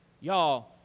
Y'all